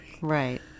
right